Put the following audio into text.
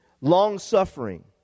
long-suffering